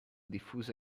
diffusa